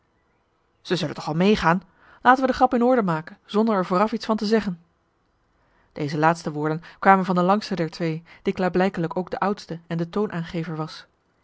ze zullen toch wel meegaan laten we de grap in orde maken zonder er vooraf iets van te zeggen deze laatste woorden kwamen van de langste der twee die klaarblijkelijk ook de oudste en de toonaangever was